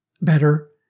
better